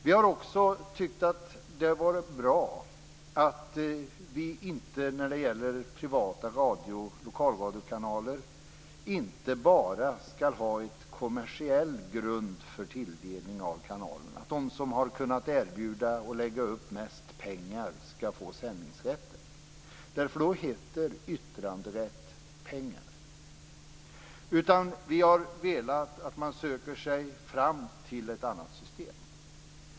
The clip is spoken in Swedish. Vidare har vi tyckt att det varit bra att vi när det gäller privata lokalradiokanaler inte bara skall ha en kommersiell grund för tilldelningen av kanaler, dvs. att de som har kunnat erbjuda och lägga upp mest pengar skall få sändningsrätten. Då heter ju yttranderätt pengar. I stället har vi velat att man skall söka sig fram till ett annat system.